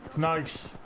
nice